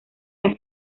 las